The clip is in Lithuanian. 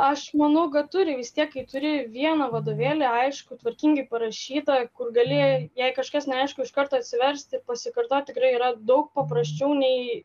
aš manau kad turi vis tiek kai turi vieną vadovėlį aiškų tvarkingai parašytą kur galėjai jei kažkas neaišku iš karto atsiversti pasikartoti tikrai yra daug paprasčiau nei